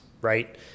right